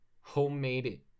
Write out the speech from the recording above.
homemade